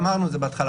ואמרנו את זה בהתחלה,